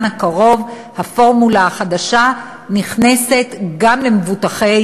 הקרוב הפורמולה החדשה נכנסת גם למבוטחי